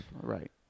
right